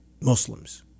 Muslims